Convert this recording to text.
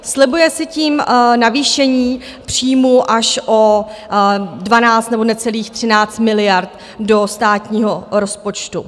Slibuje si tím navýšení příjmů až o 12 nebo necelých 13 miliard do státního rozpočtu.